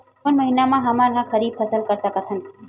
कोन महिना म हमन ह खरीफ फसल कर सकत हन?